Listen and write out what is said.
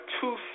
two